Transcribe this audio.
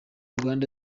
rwanda